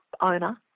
owner